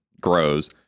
grows